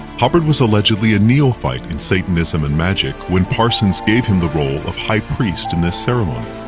hubbard was allegedly a neophyte in satanism and magic when parsons gave him the role of high priest in this ceremony.